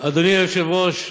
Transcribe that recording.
אדוני היושב-ראש,